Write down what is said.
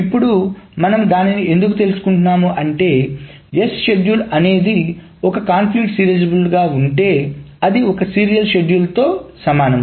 ఇప్పుడు మనం దానిని ఎందుకు తెలుసు కుంటున్నాము అంటే S షెడ్యూల్ అనేది ఒక కాన్ఫ్లిక్ట్ సీరియలైజేబుల్ గా ఉంటే అది ఒక సీరియల్ షెడ్యూల్తో సమానం